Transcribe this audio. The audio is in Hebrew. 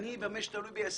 ככל